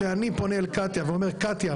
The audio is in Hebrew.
כשאני פונה אל קטיה ואומר 'קטיה,